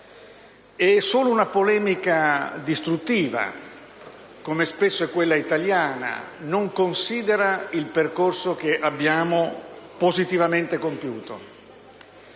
e solo una polemica distruttiva, come è spesso quella italiana, non considera il percorso che abbiamo positivamente compiuto.